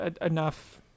enough